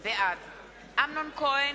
בעד אמנון כהן,